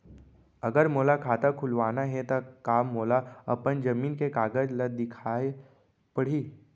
अगर मोला खाता खुलवाना हे त का मोला अपन जमीन के कागज ला दिखएल पढही?